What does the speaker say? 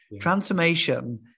Transformation